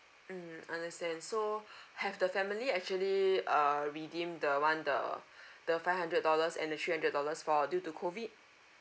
mm understand so have the family actually uh redeemed the one the the five hundred dollars and the three hundred dollars for due to COVID